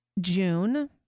June